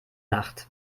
nacht